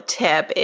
tip